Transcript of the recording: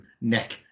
neck